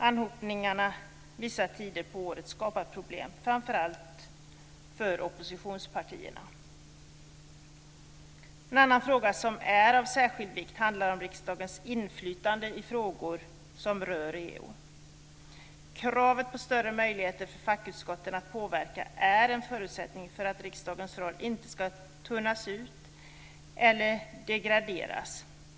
Anhopningarna vissa tider på året skapar problem, framför allt för oppositionspartierna. En annan fråga som är av särskild vikt handlar om riksdagens inflytande i frågor som rör EU. Kravet på större möjligheter för fackutskotten att påverka är en förutsättning för att riksdagens roll inte ska tunnas ut eller degraderas.